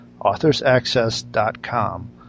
authorsaccess.com